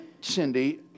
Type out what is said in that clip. Cindy